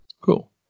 cool